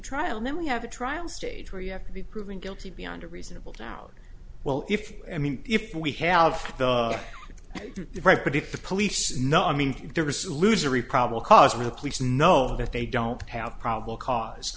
trial and then we have a trial stage where you have to be proven guilty beyond a reasonable doubt well if i mean if we have right but if the police know i mean there was loser e probable cause and the police know that they don't have probable cause